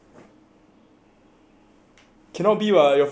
can not be !wah! your photo also pass also [what]